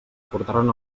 portaren